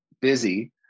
busy